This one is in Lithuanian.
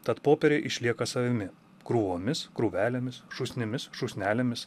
tad popieriai išlieka savimi krūvomis krūvelėmis šūsnimis šūsnelėmis